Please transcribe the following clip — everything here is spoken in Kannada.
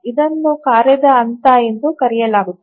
ಇದನ್ನು ಕಾರ್ಯದ ಹಂತ ಎಂದು ಕರೆಯಲಾಗುತ್ತದೆ